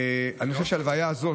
בסיכום אני חושב שההלוויה הזאת,